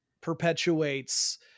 perpetuates